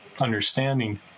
understanding